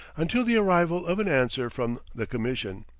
until the arrival of an answer from the commission.